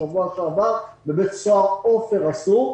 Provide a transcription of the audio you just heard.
בשבוע שעבר בבית סוהר עופר עשו,